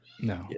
No